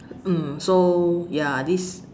mm so ya this